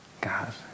God